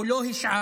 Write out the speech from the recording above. או לא השעה,